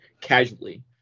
casually